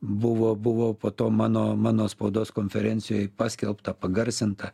buvo buvo po to mano mano spaudos konferencijoj paskelbta pagarsinta